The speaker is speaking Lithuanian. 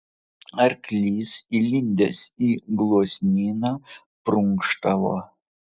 arklys įlindęs į gluosnyną prunkštavo